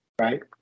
right